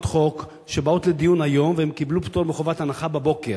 חוק שבאו לדיון היום והן קיבלו פטור מחובת הנחה בבוקר.